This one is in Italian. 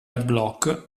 adblock